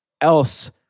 else